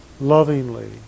lovingly